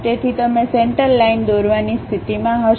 તેથી તમે સેન્ટરલાઈનદોરવાની સ્થિતિમાં હશો